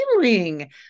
feeling